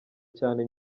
cyane